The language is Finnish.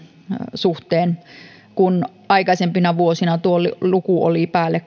suhteen kun aikaisempina vuosina tuo luku oli päälle